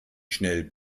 schnell